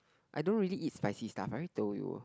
I don't really eat spicy stuff I already told you